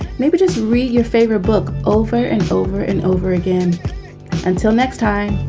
maybe just read your favorite book over and over and over again until next time.